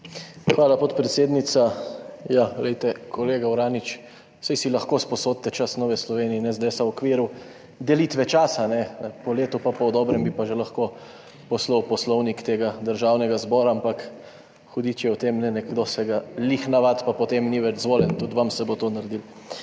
Hvala podpredsednica. Ja kolega Uranič, saj si lahko izposodite čas Nove Slovenije in SDS v okviru delitve časa po letu pa pol, dobrem bi pa že lahko poslal Poslovnik tega Državnega zbora, ampak hudič je v tem, nekdo se ga lih navad pa potem ni več izvoljen tudi vam se bo to naredilo